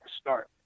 start